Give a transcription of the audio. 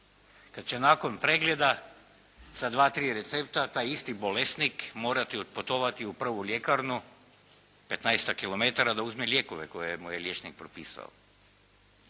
kada će nakon pregleda sa dva-tri recepta taj isti bolesnik morati otputovati u prvu ljekarnu 15-tak kilometara da uzme lijekove koje mu je liječnik propisao.